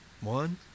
One